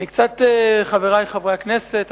חברי חברי הכנסת,